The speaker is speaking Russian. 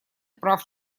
прав